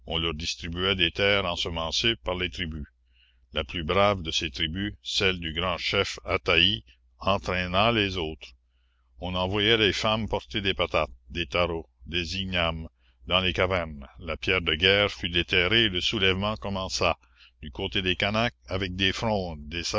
distribuait des terres ensemencées par les tribus la plus brave de ces tribus celle du grand chef ataï entraîna les autres on envoya les femmes porter des patates des taros des ignames dans les cavernes la pierre de guerre fut déterrée et le soulèvement commença du côté des canaques avec des frondes